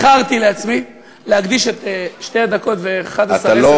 אני בחרתי לעצמי להקדיש את שתי הדקות ו-11,